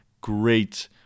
great